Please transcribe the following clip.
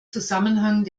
zusammenhang